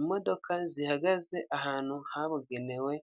imodoka zihagaze ahantu habugenewe.